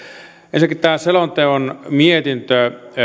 ensinnäkin tämä selonteon mietintö